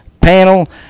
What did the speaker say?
panel